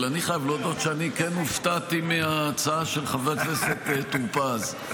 אבל אני חייב להודות שאני כן הופתעתי מההצעה של חבר הכנסת טור פז.